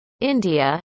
india